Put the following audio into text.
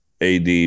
AD